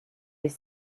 des